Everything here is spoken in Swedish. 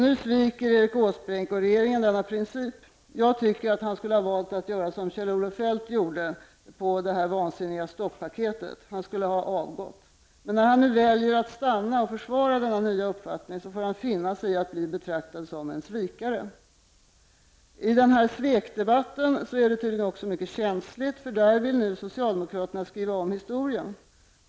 Nu sviker Erik Åsbrink och regeringen denna princip. Jag tycker att han skulle ha valt att göra som Kjell-Olof Fledt gjorde när det gällde det vansinniga stoppaketet -- han skulle ha avgått. Men när han nu väljer att stanna och försvara denna nya uppfattning får han finna sig i att bli betratad som svikare. Den här svekdebatten är tydligen också en mycket känslig sak. Socialdemokraterna vill ju nu skriva om historien.